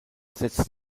setzt